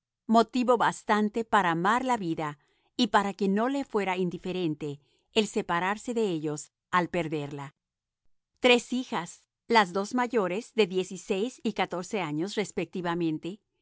motivo bastante para amar la vida y para que no le fuera indiferente el separarse de ellos al perderla tres hijas las dos mayores de diez y seis y catorce años respectivamente